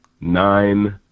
nine